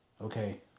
Okay